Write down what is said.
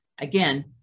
again